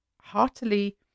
heartily